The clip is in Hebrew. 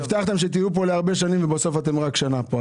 הבטחתם שתהיו פה להרבה שנים ובסוף אתם רק שנה פה,